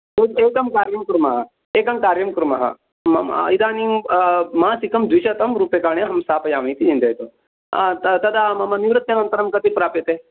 भवतु एकं कार्यं कुर्मः एकं कार्यं कुर्मः मम इदानीं मासिकं द्विशतं रूप्यकाणि अहं स्थापयामि इति चिन्तयतु तदा मम निवृत्यनन्तरं कति प्राप्यते